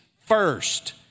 first